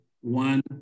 one